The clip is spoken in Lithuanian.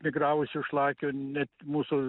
migravusių šlakių net mūsų